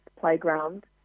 playground